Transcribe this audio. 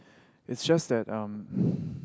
it's just that um